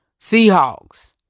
Seahawks